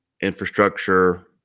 infrastructure